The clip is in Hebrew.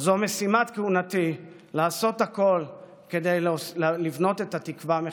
זו משימת כהונתי: לעשות הכול כדי לבנות את התקווה מחדש.